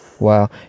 Wow